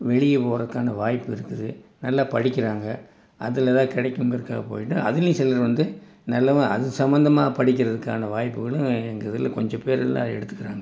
வெளியே போகிறக்கான வாய்ப்பு இருக்குது நல்லா படிக்கிறாங்க அதில் ஏதாவது கிடைக்குங்கிறதுக்காக போய்ட்டு அதிலயும் சிலர் வந்து நெலமை அது சம்மந்தமாக படிக்கிறதுக்கான வாய்ப்புகளும் எங்கள் இதில் கொஞ்சம் பேரெலாம் எடுத்துக்கிறாங்க